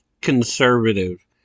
conservative